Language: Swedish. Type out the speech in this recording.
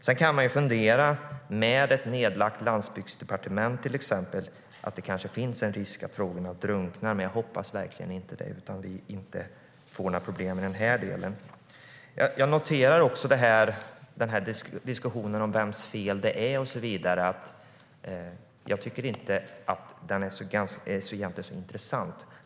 Sedan kan man fundera på att det med till exempel ett nedlagt landsbygdsdepartement kanske finns en risk att frågorna drunknar. Jag hoppas verkligen inte det, så att vi inte får några problem i den delen. Jag noterar också diskussionen om vems fel det är. Den är egentligen inte så intressant.